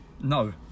No